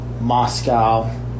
Moscow